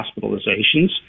hospitalizations